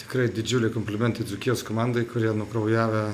tikrai didžiuliai komplimentai dzūkijos komandai kurie nukraujavę